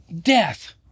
death